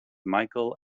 michael